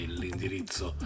l'indirizzo